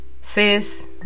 sis